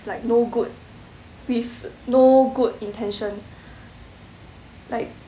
like no good with no good intention like